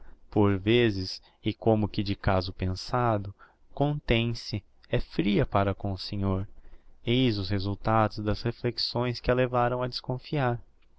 por vezes e como que de caso pensado contêm se é fria para com o senhor eis o resultado das reflexões que a levaram a desconfiar